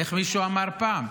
איך מישהו אמר פעם?